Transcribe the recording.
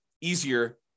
easier